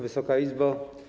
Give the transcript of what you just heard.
Wysoka Izbo!